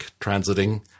transiting